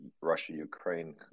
Russia-Ukraine